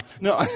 no